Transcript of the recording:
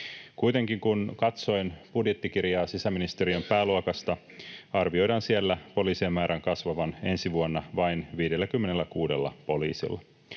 Kuitenkin kun katsoin budjettikirjaa sisäministeriön pääluokasta, arvioidaan siellä poliisien määrän kasvavan ensi vuonna vain 56 poliisilla.